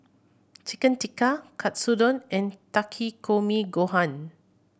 Chicken Tikka Katsudon and Takikomi Gohan